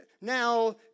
now